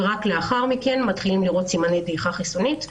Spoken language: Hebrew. ורק לאחר מכן מתחילים לראות סימני דעיכה חיסונית.